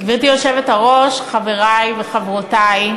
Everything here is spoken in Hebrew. גברתי היושבת-ראש, חברי וחברותי,